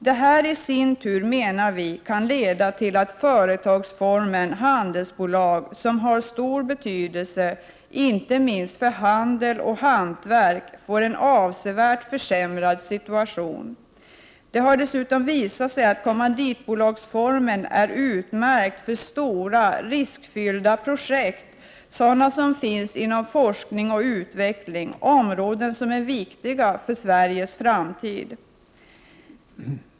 Vi menar att det här i sin tur kan leda till att företagsformen handelsbolag, Isom har stor betydelse, inte minst för handel och hantverk, får en avsevärt försämrad situation. Det har t.ex. visat sig att kommanditbolagsformen är utmärkt för sådana stora riskfyllda projekt som bedrivs inom forskning och utveckling, områden som är viktiga för Sveriges framtid.